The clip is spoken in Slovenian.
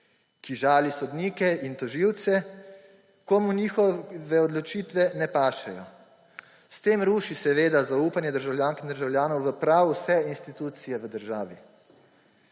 ki žali sodnike in tožilce, ko mu njihove odločitve ne pašejo. S tem ruši seveda zaupanje državljank in državljanov v prav vse institucije v državi.